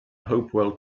hopewell